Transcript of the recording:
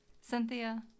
Cynthia